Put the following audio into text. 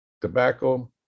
tobacco